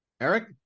Eric